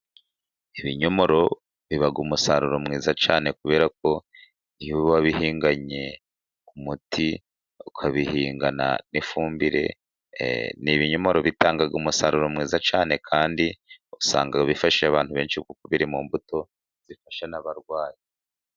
Ibinyomoro biba umusaruro mwiza cyane kubera ko iyo wabihinganye umuti, ukabihingana n'ifumbire, ni ibinyomoro bitanga umusaruro mwiza cyane. Kandi usanga bifashishije abantu benshi biri mu mbuto zifasha n'abarwayi.